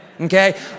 Okay